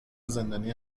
زندانی